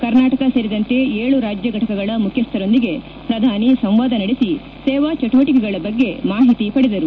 ಕರ್ನಾಟಕ ಸೇರಿದಂತೆ ಏಳು ರಾಜ್ಯ ಘಟಕಗಳ ಮುಖ್ಯಸ್ಥರೊಂದಿಗೆ ಪ್ರಧಾನಿ ಸಂವಾದ ನಡೆಸಿ ಸೇವಾ ಚಟುವಟಕೆಗಳ ಬಗ್ಗೆ ಮಾಹಿತಿ ಪಡೆದರು